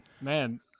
man